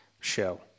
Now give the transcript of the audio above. show